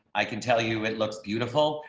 i can tell you, it looks beautiful.